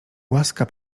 łaska